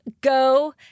go